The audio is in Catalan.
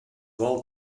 vol